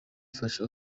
afashe